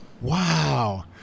Wow